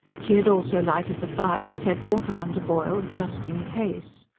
she had also lighted the fire and set water on to boil, just in case.